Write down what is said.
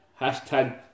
Hashtag